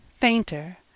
fainter